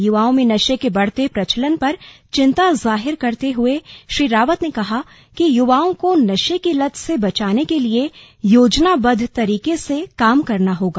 युवाओं में नशे के बढ़ते प्रचलन पर चिंता जाहिर करते हुए श्री रावत ने कहा कि युवाओं को नशे की लत से बचाने के लिए योजनाबद्व तरीके से काम करना होगा